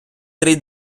три